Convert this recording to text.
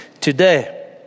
today